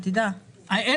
חשוב לשמוע.